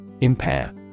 Impair